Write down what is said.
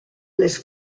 les